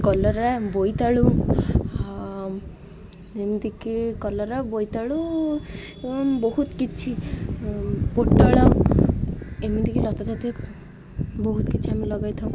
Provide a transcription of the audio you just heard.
କଲରା ବୋଇତାଳୁ ଯେମିତି କି କଲରା ବୋଇତାଳୁ ବହୁତ କିଛି ପୋଟଳ ଏମିତି କି ଲତା ଜାତୀୟ ବହୁତ କିଛି ଆମେ ଲଗାଇ ଥାଉ